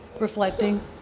reflecting